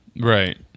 Right